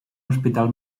hospital